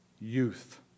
youth